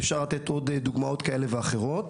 ואפשר לתת עוד דוגמאות כאלה ואחרות.